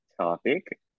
topic